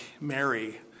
Mary